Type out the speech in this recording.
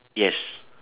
yes